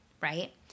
right